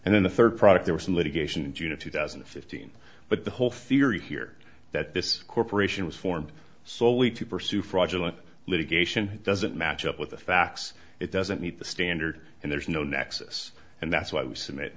and then the third product there was some litigation in june of two thousand and fifteen but the whole theory here that this corporation was formed solely to pursue fraudulent litigation doesn't match up with the facts it doesn't meet the standard and there's no nexus and that's why